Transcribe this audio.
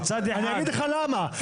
אני אגיד לך למה,